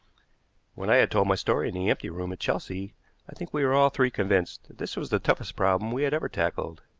when i had told my story in the empty room at chelsea i think we were all three convinced that this was the toughest problem we had ever tackled.